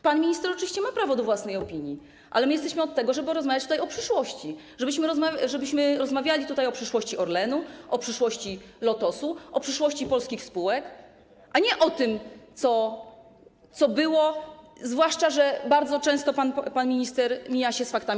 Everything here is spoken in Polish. Pan minister oczywiście ma prawo do własnej opinii, ale my jesteśmy od tego, żeby rozmawiać tutaj o przyszłości, żebyśmy rozmawiali o przyszłości Orlenu, o przyszłości Lotosu, o przyszłości polskich spółek, a nie o tym, co było, zwłaszcza że bardzo często pan minister mija się z faktami.